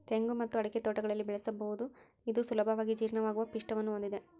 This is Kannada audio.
ತೆಂಗು ಮತ್ತು ಅಡಿಕೆ ತೋಟಗಳಲ್ಲಿ ಬೆಳೆಸಬಹುದು ಇದು ಸುಲಭವಾಗಿ ಜೀರ್ಣವಾಗುವ ಪಿಷ್ಟವನ್ನು ಹೊಂದಿದೆ